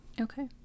Okay